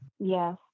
Yes